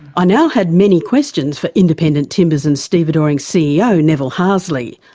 i now had many questions for independent timbers and stevedoring's ceo, neville harsley,